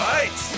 Right